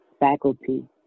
Faculty